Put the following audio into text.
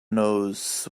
knows